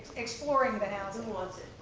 exploring the housing. who wants it?